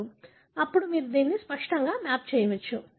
ఇప్పుడు మీరు దానిని స్పష్టంగా మ్యాప్ చేయవచ్చు